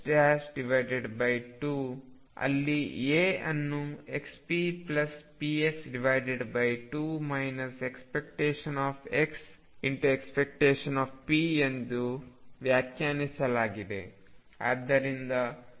ಅಲ್ಲಿ a ಅನ್ನು ⟨xppx⟩2 ⟨x⟩⟨p⟩ ಎಂದು ವ್ಯಾಖ್ಯಾನಿಸಲಾಗಿದೆ